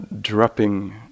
dropping